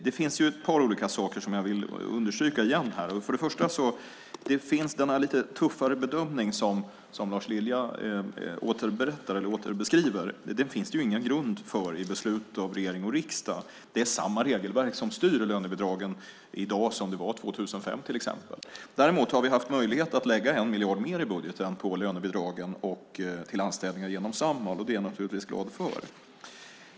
Det finns ett par olika saker som jag vill understryka igen här. För det första finns det ingen grund i beslut från regering och riksdag för den lite tuffare bedömning som Lars Lilja beskriver. Det är till exempel samma regelverk som styr lönebidragen i dag som 2005. Däremot har vi haft möjlighet att lägga 1 miljard mer i budgeten på lönebidragen och till anställningar genom Samhall, och det är jag naturligtvis glad för.